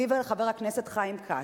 לי ולחבר הכנסת חיים כץ,